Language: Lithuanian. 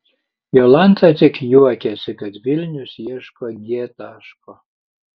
jolanta tik juokiasi kad vilnius ieško g taško